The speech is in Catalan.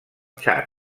txad